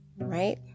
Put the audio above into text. Right